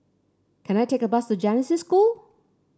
can I take a bus to Genesis School